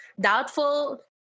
doubtful